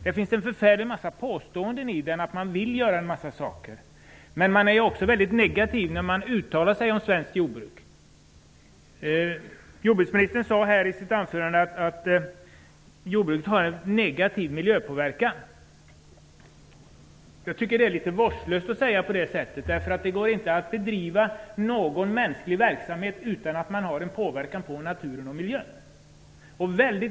Det finns förfärligt många påståenden om att man vill göra en massa saker, men man är också väldigt negativ när man uttalar sig om svenskt jordbruk. Jordbruksministern sade i sitt anförande att jordbruket har en negativ miljöpåverkan. Det är litet vårdslöst att säga så. Det går inte att bedriva någon mänsklig verksamhet utan att naturen och miljön påverkas.